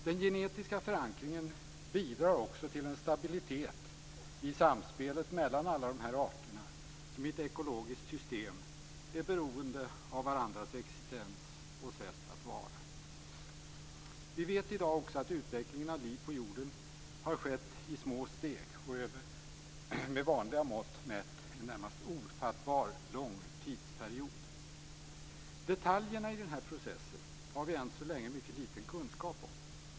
Den genetiska förankringen bidrar också till en stabilitet i samspelet mellan alla de arter som i ett ekologiskt system är beroende av varandras existens och sätt att vara. Vi vet i dag också att utvecklingen av liv på jorden har skett i små steg och över en med vanliga mått mätt närmast ofattbart lång tidsperiod. Detaljerna i den här processen har vi än så länge mycket liten kunskap om.